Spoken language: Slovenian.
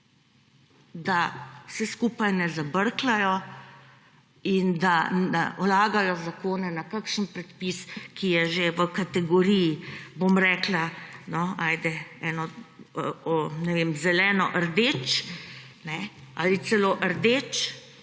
da vse skupaj ne brkljajo in da vlagajo zakone na kakšen predpis, ki je že v kategoriji, bom rekla, no ajde, zeleno-rdeč, ali celo rdeč,